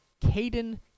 Caden